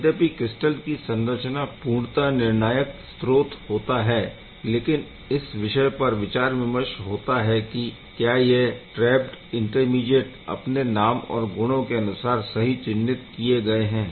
यद्यपि क्रिस्टल की संरचना पूर्णतः निर्णायक स्त्रोत होता है लेकिन इस विषय पर विचार विमर्श होता है कि क्या यह ट्रैप्ड इंटरमीडीएट अपने नाम और गुणों के अनुसार सही चिन्हित किये गए है